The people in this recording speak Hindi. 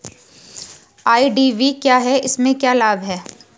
आई.डी.वी क्या है इसमें क्या लाभ है?